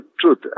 truth